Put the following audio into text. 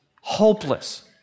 hopeless